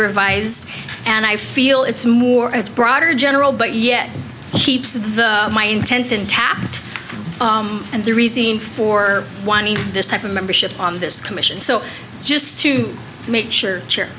revised and i feel it's more it's broader general but yet keeps my intent untapped and the reason for wanting this type of membership on this commission so just to make sure chair